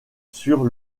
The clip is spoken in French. sur